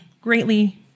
greatly